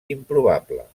improbable